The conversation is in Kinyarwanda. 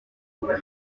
ukuri